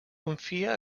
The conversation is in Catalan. confia